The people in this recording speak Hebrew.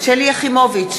שלי יחימוביץ,